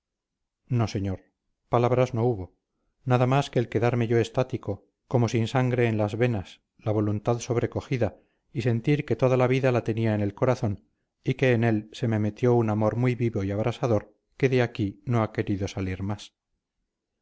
no señor palabras no hubo nada más que el quedarme yo estático como sin sangre en las venas la voluntad sobrecogida y sentir que toda la vida la tenía en el corazón y que en él se me metió un amor muy vivo y abrasador que de aquí no ha querido salir más